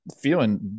feeling